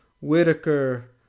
whitaker